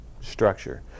structure